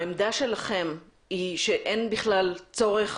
העמדה שלכם היא שאין בכלל צורך